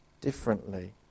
differently